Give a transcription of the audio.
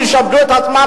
שהיא טובה וראויה לדעתי,